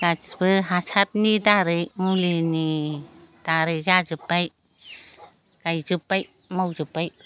गासिबो हासारनि दारै मुलिनि दारै जाजोब्बाय गायजोब्बाय मावजोब्बाय